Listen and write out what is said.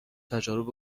تجارت